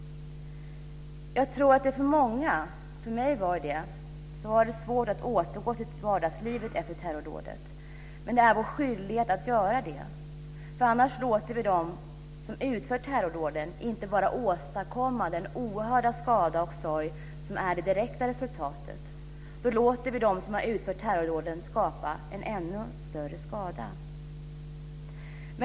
Jag tror att det för många - det var det för mig - var svårt att återgå till vardagslivet efter torrordådet. Men det är vår skyldighet att göra det, för annars låter vi dem som utfört terrordåden inte bara att åstadkomma den oerhörda skada och sorg som är det direkta resultatet, utan då låter vi dem som utfört terrordåden att skapa en ännu större skada.